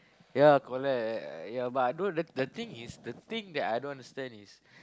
ya collect ya but I don't the thing is the thing that I don't understand is